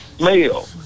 male